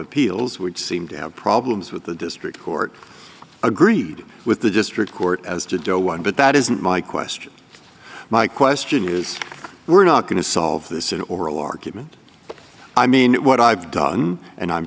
appeals would seem to have problems with the district court agreed with the district court as to doe one but that isn't my question my question is we're not going to solve this in oral argument i mean what i've done and i'm